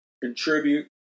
contribute